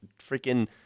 freaking